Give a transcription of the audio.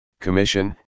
commission